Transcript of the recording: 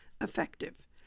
effective